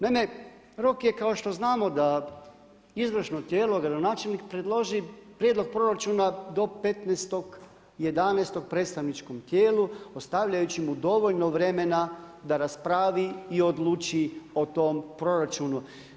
Naime, rok je kao što znamo da izvršno tijelo, gradonačelnik predloži prijedlog proračuna do 15.11. predstavničkom tijelu, ostavljajući im dovoljno vremena da raspravi i odluči o tom proračunu.